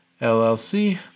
LLC